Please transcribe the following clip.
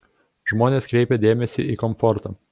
žmonės kreipia dėmesį į komfortą